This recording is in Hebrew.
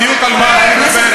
בדיוק על מה את מדברת.